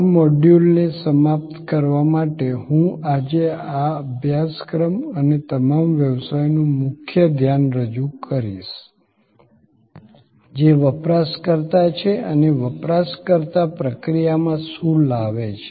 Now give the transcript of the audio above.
આ મોડ્યુલને સમાપ્ત કરવા માટે હું આજે આ અભ્યાસક્રમ અને તમામ વ્યવસાયોનું મુખ્ય ધ્યાન રજૂ કરીશ જે વપરાશકર્તા છે અને વપરાશકર્તા પ્રક્રિયામાં શું લાવે છે